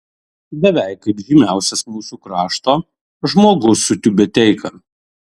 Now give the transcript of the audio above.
beveik kaip žymiausias mūsų krašto žmogus su tiubeteika